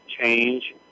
change